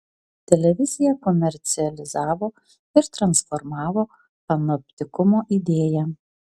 televizija komercializavo ir transformavo panoptikumo idėją